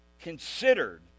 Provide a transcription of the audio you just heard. considered